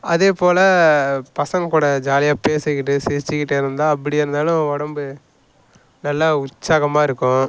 அதே போல் பசங்கள் கூட ஜாலியாக பேசிக்கிட்டு சிரித்துக்கிட்டு இருந்தால் அப்படியே இருந்தாலும் உடம்பு நல்லா உற்சாகமாக இருக்கும்